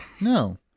no